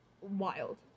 wild